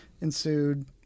ensued